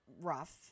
rough